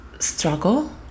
struggle